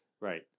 Right